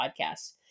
Podcast